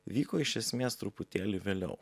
vyko iš esmės truputėlį vėliau